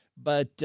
but, ah,